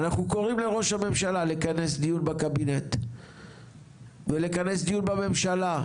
אנחנו קוראים לראש הממשלה לכנס דיון בקבינט ולכנס דיון בממשלה,